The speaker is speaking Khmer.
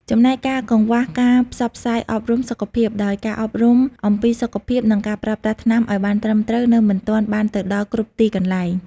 ចំណែកការកង្វះការផ្សព្វផ្សាយអប់រំសុខភាព ដោយការអប់រំអំពីសុខភាព និងការប្រើប្រាស់ថ្នាំឱ្យបានត្រឹមត្រូវនៅមិនទាន់បានទៅដល់គ្រប់ទីកន្លែង ។